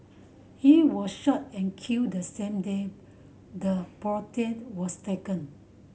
he was shot and killed the same day the portrait was taken